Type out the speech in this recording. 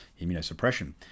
immunosuppression